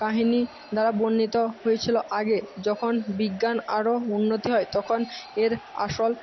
কাহিনি দ্বারা বর্ণিত হয়েছিলো আগে যখন বিজ্ঞান আরো উন্নতি হয় তখন এর আসল